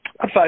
Five